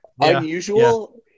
Unusual